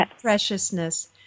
preciousness